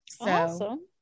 Awesome